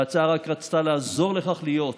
ההצעה רק רצתה לעזור לכך להיות,